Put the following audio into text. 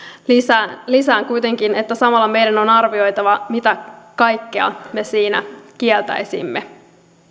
lisään lisään kuitenkin että samalla meidän on arvioitava mitä kaikkea me siinä kieltäisimme